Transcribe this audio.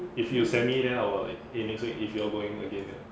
if you send me then I will eh next week if you all going again eh